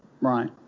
Right